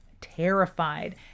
terrified